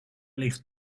ligt